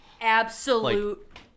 absolute